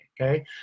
Okay